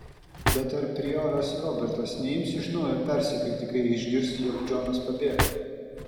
bet ar prioras robertas neims iš naujo persekioti kai išgirs jog džonas pabėgo